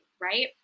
Right